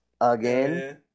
again